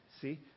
See